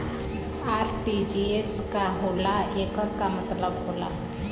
RTGS का होला एकर का मतलब होला?